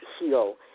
heal